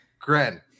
Gren